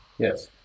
Yes